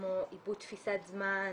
כמו איבוד תפיסת זמן,